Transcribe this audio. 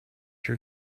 your